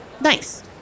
Nice